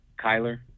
Kyler